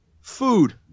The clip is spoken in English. food